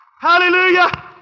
Hallelujah